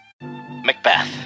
Macbeth